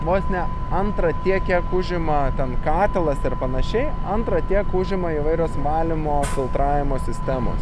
vos ne antra tiek kiek užima ten katilas ir panašiai antra tiek užima įvairios valymo filtravimo sistemos